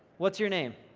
what's your name?